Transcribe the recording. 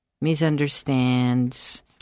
misunderstands